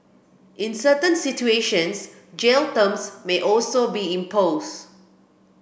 in certain situations jail terms may also be imposed